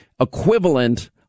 equivalent